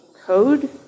code